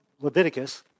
Leviticus